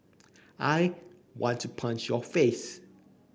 I want to punch your face